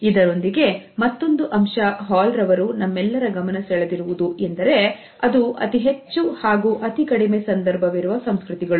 ಇದರೊಂದಿಗೆ ಮತ್ತೊಂದು ಅಂಶ ಹಾಲ್ ರವರು ನಮ್ಮೆಲ್ಲರ ಗಮನಸೆಳೆದಿರುವುದು ಎಂದರೆ ಅದು ಅತಿ ಹೆಚ್ಚು ಹಾಗೂ ಅತಿ ಕಡಿಮೆ ಸಂದರ್ಭವಿರುವ ಸಂಸ್ಕೃತಿಗಳು